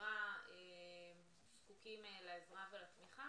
בשגרה זקוקים לעזרה ולתמיכה.